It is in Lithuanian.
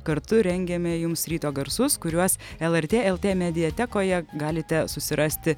kartu rengiame jums ryto garsus kuriuos lrt lt mediatekoje galite susirasti